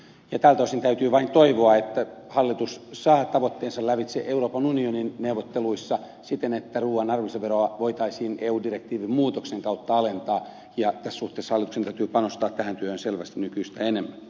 tältä osin täytyy vain toivoa että hallitus saa tavoitteensa lävitse euroopan unionin neuvotteluissa siten että ruuan arvonlisäveroa voitaisiin eu direktiivin muutoksen kautta alentaa ja tässä suhteessa hallituksen täytyy panostaa tähän työhön selvästi nykyistä enemmän